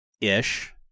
ish